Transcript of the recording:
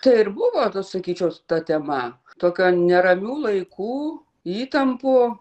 tai ir buvo sakyčiau ta tema tokio neramių laikų įtampų